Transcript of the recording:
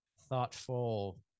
thoughtful